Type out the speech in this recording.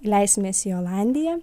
leisimės į olandiją